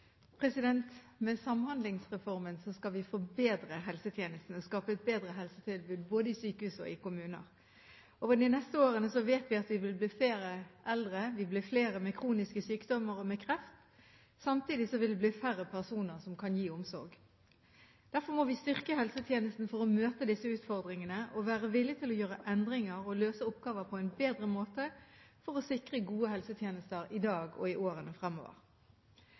Med Samhandlingsreformen skal vi forbedre helsetjenesten og skape et bedre helsetilbud, både i sykehus og i kommuner. Over de neste årene vet vi at vi vil bli flere eldre, vi vil bli flere med kroniske sykdommer og med kreft, samtidig vil det bli færre personer som kan gi omsorg. Vi må styrke helsetjenesten for å møte disse utfordringene og være villige til å gjøre endringer og løse oppgaver på en bedre måte for å sikre gode helsetjenester i dag og i årene